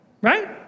Right